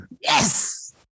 Yes